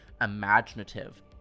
imaginative